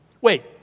Wait